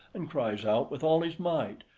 and cries out with all his might,